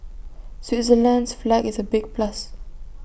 Switzerland's flag is A big plus